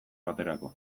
baterako